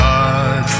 God